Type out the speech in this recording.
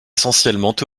essentiellement